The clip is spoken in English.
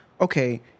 okay